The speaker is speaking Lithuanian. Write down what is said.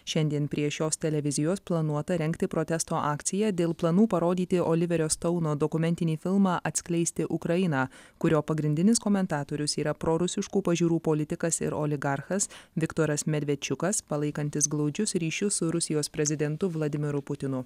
šiandien prie šios televizijos planuota rengti protesto akciją dėl planų parodyti oliverio stouno dokumentinį filmą atskleisti ukrainą kurio pagrindinis komentatorius yra prorusiškų pažiūrų politikas ir oligarchas viktoras medvečiukas palaikantis glaudžius ryšius su rusijos prezidentu vladimiru putinu